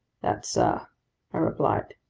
that, sir i replied,